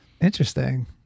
Interesting